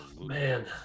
Man